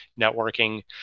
networking